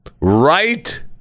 Right